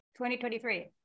2023